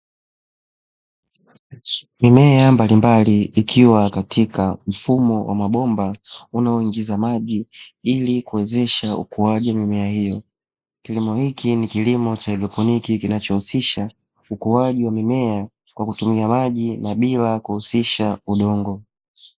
Mimea mbalimbali ikiwa katika mfumo wa mabomba unaoingiza maji ili kuwezesha ukuaji mimea hiyo kilimo hiki ni kilimo cha haidroponi, kinachohusisha ukuaji wa mimea kwa kutumia maji na bila kuhusisha udongo.